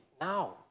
now